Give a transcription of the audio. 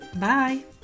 Bye